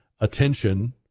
attention